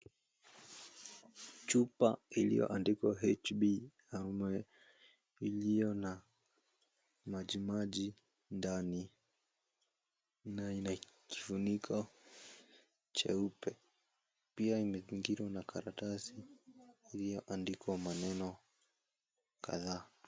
Chupa iliyoandikwa HB ama iliyo na majimaji ndani na ina kifuniko cheupe. Pia imezingirwa na karatasi iliyoandikwa maneno kadhaa.